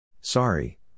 Sorry